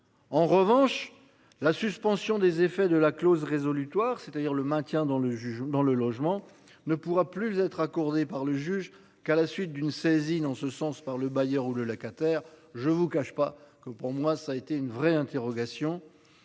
En revanche, la suspension des effets de la clause résolutoire c'est-à-dire le maintien dans le juge dans le logement ne pourra plus être accordée par le juge qu'à la suite d'une saisine en ce sens par le bailleur ou le locataire je vous cache pas que pour moi ça a été une vraie interrogation.